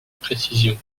précision